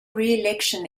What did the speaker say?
reelection